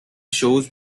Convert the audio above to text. shows